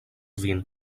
vin